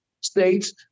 states